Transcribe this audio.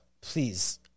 please